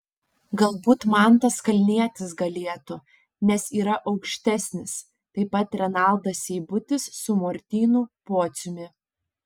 galbūt mantas kalnietis galėtų nes yra aukštesnis taip pat renaldas seibutis su martynu pociumi